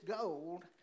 gold